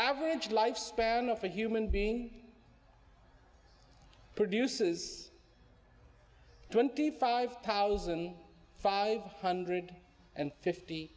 average life span of a human being produces twenty five thousand five hundred and fifty